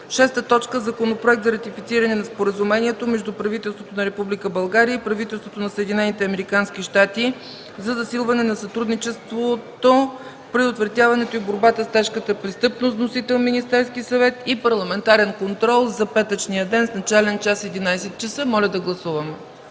съвет. 6. Законопроект за ратифициране на Споразумението между правителството на Република България и правителството на Съединените американски щати за засилване на сътрудничеството в предотвратяването и борбата с тежката престъпност. Вносител: Министерският съвет. 7. Парламентарен контрол за петъчния ден с начален час 11,00 ч. Моля да гласуваме.